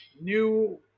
new